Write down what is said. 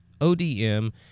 ODM